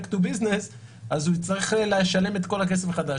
לעסקים אז הוא יצטרך לשלם את כל הכסף מחדש.